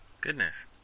Goodness